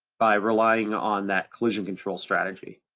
by relying on that collision control strategy.